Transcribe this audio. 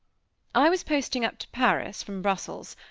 i was posting up to paris from brussels,